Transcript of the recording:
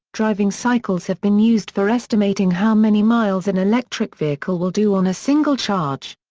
driving cycles have been used for estimating how many miles an electric vehicle will do on a single charge.